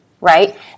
right